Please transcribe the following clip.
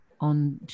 on